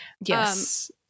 yes